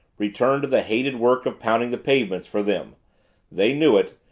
return to the hated work of pounding the pavements for them they knew it,